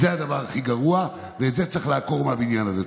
זה הדבר הכי גרוע, ואת זה צריך לעקור מהבניין הזה.